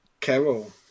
Carol